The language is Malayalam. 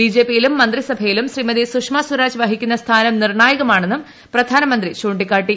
ബിജെപിയിലും മന്ത്രിസഭയിലും ശ്രീമതി സുഷമസ്വരാജ് വഹിക്കുന്ന സ്ഥാനം നിർണായകമാണെന്നും പ്രധാനമന്ത്രി ചൂണ്ടിക്കാട്ടി